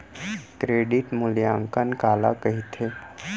Credit मूल्यांकन काला कहिथे?